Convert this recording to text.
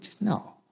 no